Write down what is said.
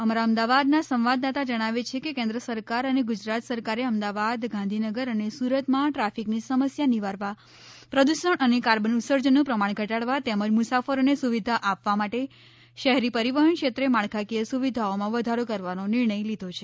અમારા અમદાવાદના સંવાદદાતા જણાવે છે કે કેન્દ્ર સરકાર અને ગુજરાત સરકારે અમદાવાદ ગાંધીનગર અને સુરતમાં ટ્રાફિકની સમસ્યા નિવારવા પ્રદ્ષણ અને કાર્બન ઉત્સર્જનનું પ્રમાણ ઘટાડવા તેમજ મુસાફરોને સુવિધા આપવા માટે શહેરી પરિવહન ક્ષેત્રે માળખાકીય સુવિધાઓમાં વધારો કરવાનો નિર્ણય લીધો છે